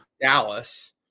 Dallas